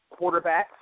quarterbacks